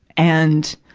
and,